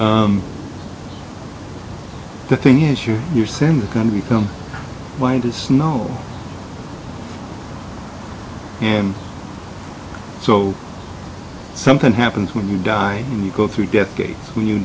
and the thing is you're you're saying you're going to become white as snow and so something happens when you die and you go through death gates when you